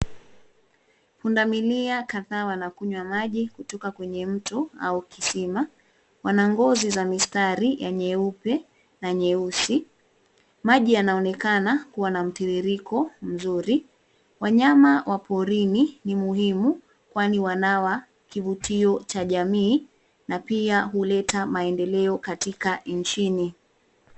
Pundamilia kadhaa wanakunywa maji kutoka kwenye mto au kisima. Wana ngozi za mistari ya nyeupe na nyeusi. Maji yanaonekana kuwa na mtiririko mzuri. Wanyama wa porini ni muhimu kwani wanawa kivutio cha jamii, na pia huleta maendeleo katika nchini.